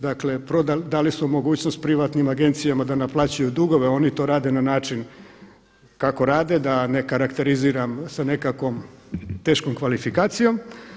Dakle dali smo mogućnost privatnim agencijama da naplaćuju dugove, a oni to rade na način kako rade da ne karakteriziram sa nekakvom teškom kvalifikacijom.